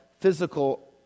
physical